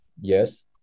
Yes